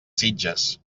sitges